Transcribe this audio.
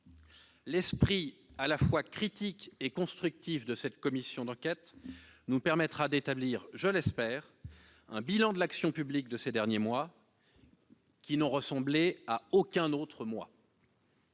L'esprit à la fois critique et constructif de cette commission d'enquête nous permettra d'établir, du moins je l'espère, un bilan de l'action publique de ces derniers mois, qui n'ont ressemblé à aucun autre. Nous